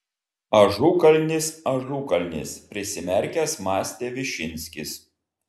ažukalnis ažukalnis prisimerkęs mąstė višinskis